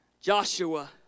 Joshua